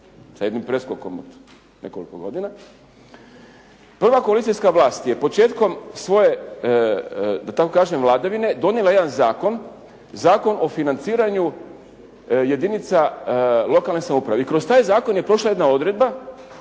S jednim preskokom nekoliko godina. Prva koalicijska vlast je početkom svoje da tako kažem vladavine donijela jedan zakon, Zakon o financiranju jedinica lokalne samouprave. I kroz taj zakon je prošla jedna odredba